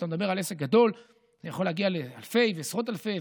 כשאתה מדבר על עסק גדול זה יכול להגיע לאלפי ועשרות אלפי,